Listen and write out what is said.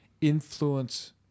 influence